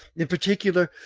in particular,